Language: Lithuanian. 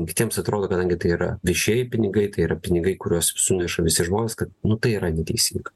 kitiems atrodo kadangi tai yra viešieji pinigai tai yra pinigai kuriuos suneša visi žmonės kad nu tai yra neteisinga